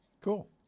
Cool